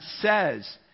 says